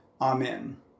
Amen